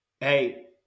Hey